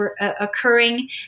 occurring